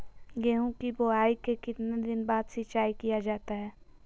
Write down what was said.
गेंहू की बोआई के कितने दिन बाद सिंचाई किया जाता है?